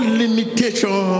limitation